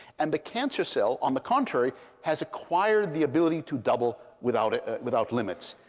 and the cancer cell, on the contrary, has acquired the ability to double without without limits.